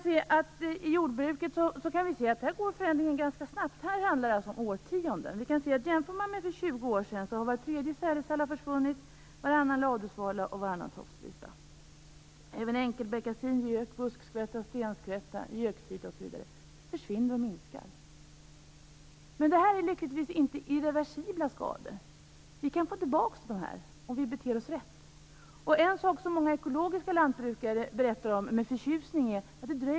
Det handlar alltså om årtionden. Även enkelbeckasin, gök, buskskvätta, stenskvätta, göktyta osv. minskar i antal och försvinner. Men det här är lyckligtvis inte irreversibla skador.